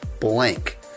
blank